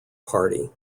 party